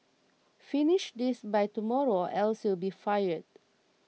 finish this by tomorrow else you'll be fired